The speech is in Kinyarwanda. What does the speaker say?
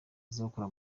bazakora